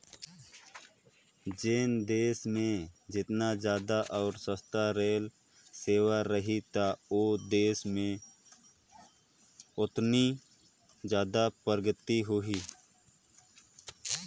जेन देस मे जेतना जादा अउ सस्ता रेल सेवा रही त ओ देस में ओतनी जादा परगति होही